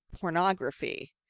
pornography